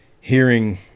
hearing